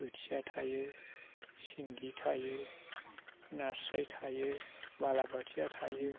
बोथिया थायो सिंगि थायो नास्राय थायो बाला बोथिया थायो